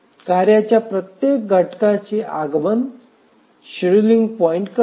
कार्याच्या प्रत्येक घटकाचे आगमन एकशेड्यूलिंग पॉईंट करते